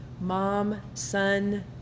mom-son